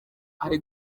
hari